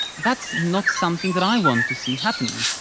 that's not something that i want to see happening.